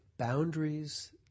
Boundaries